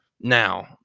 Now